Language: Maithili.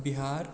बिहार